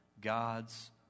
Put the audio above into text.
God's